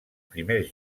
primers